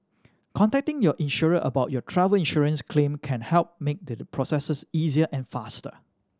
contacting your insurer about your travel insurance claim can help make the process easier and faster